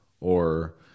or-